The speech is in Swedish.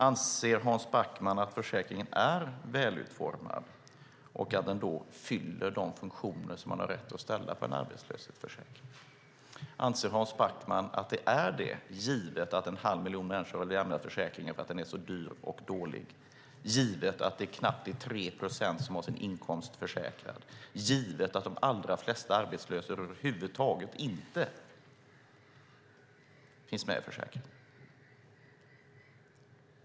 Anser Hans Backman att försäkringen är välutformad och att den fyller de funktioner som man har rätt att kräva av en arbetslöshetsförsäkring? Anser Hans Backman att det är så, givet att en halv miljon människor har lämnat försäkringen för att den är så dyr och dålig, givet att det knappt är 3 procent som har sin inkomst försäkrad och givet att de allra flesta arbetslösa över huvud taget inte finns med i försäkringen?